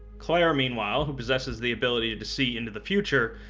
claire meanwhile, who possesses the ability to see into the future,